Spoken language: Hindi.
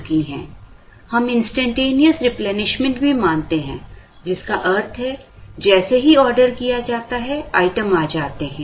हम इंस्टैन्टेनियस रिप्लेनिशमेंट भी मानते हैं जिसका अर्थ है जैसे ही ऑर्डर किया जाता है आइटम आ जाते हैं